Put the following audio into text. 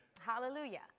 hallelujah